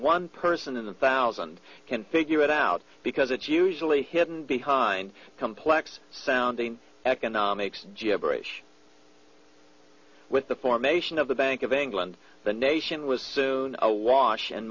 one person in the thousand can figure it out because it's usually hidden behind complex sounding economics jibberish with the formation of the bank of england the nation was soon awash and